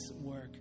work